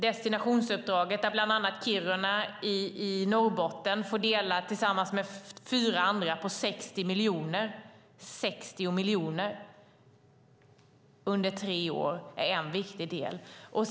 Destinationsuppdrag, där Kiruna i Norrbotten tillsammans med fyra andra får 60 miljoner under tre år, är en annan viktig del.